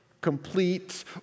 complete